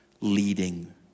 leading